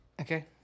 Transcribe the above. Okay